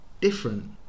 different